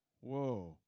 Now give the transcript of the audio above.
whoa